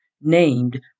named